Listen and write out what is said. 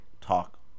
talk